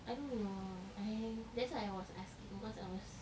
I don't know I am that's why I was asking cause I was